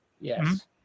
Yes